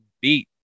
beat